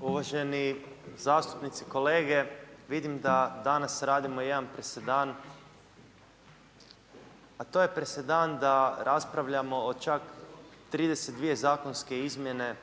Uvaženi zastupnici kolege, vidim da danas radimo jedan presedan, a to je presedan da raspravljamo o čak 32 zakonske izmjene